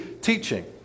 teaching